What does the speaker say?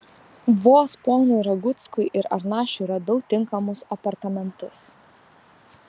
vos ponui raguckui ir arnašiui radau tinkamus apartamentus